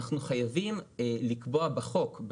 אנחנו חייבים לקבוע בחוק,